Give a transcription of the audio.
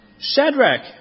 Shadrach